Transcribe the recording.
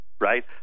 right